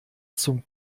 zum